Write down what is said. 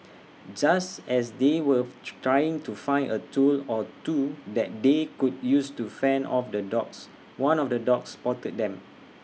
just as they were trying to find A tool or two that they could use to fend off the dogs one of the dogs spotted them